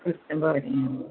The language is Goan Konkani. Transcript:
करता बरें